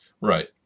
Right